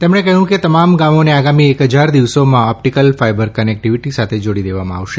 તેમણે કહયું કે તમામ ગામોને આગામી એક ફજાર દિવસોમાં ઓપ્ટીકલ ફાઇબર કનેકટીવીટી સાથે જોડી દેવામાં આવશે